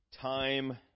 Time